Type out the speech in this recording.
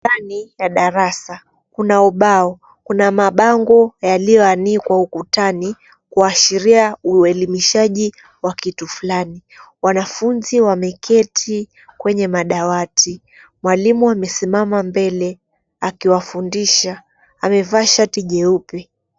Ndani ya darasa, kuna ubao, kuna mabango yaliyoanikwa ukutani kuashiria uelimishaji wa kitu flani. Wanafunzi wameketi kwenye madawati, mwalimu amesimama mbele akiwafundisha, amevaa shati jeupe.